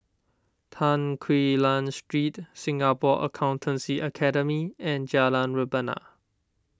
Tan Quee Lan Street Singapore Accountancy Academy and Jalan Rebana